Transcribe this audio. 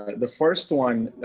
the first one,